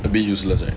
a bit useless right